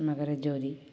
Makarajyothi